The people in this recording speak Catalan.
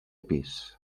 pis